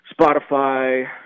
Spotify